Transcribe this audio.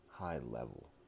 high-level